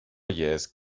years